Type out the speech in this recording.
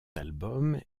albums